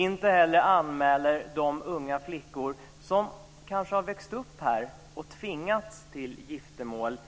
Inte heller anmäler de unga flickor som kanske har växt upp här och tvingats till giftermål